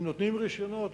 אם נותנים רשיונות,